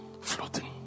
Floating